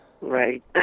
Right